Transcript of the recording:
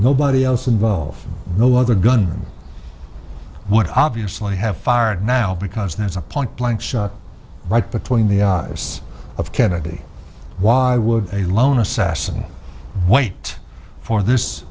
nobody else involved the other gunman would obviously have fired now because there's a point blank shot right between the ears of kennedy why would a lone assassin wait for this